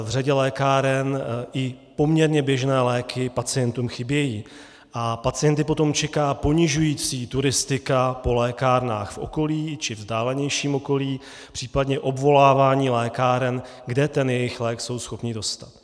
V řadě lékáren i poměrně běžné léky pacientům chybějí a pacienty potom čeká ponižující turistika po lékárnách v okolí, či vzdálenějším okolí, případně obvolávání lékáren, kde ten svůj lék jsou schopni dostat.